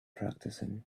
practicing